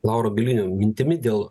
lauro bielinio mintimi dėl